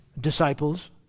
disciples